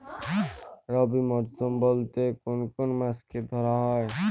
রবি মরশুম বলতে কোন কোন মাসকে ধরা হয়?